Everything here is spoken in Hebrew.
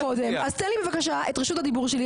בא ואתה משקר,